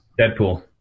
Deadpool